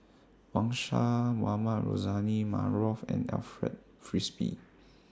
Wang Sha Mohamed Rozani Maarof and Alfred Frisby